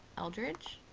eldridge,